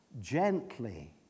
gently